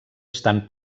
estan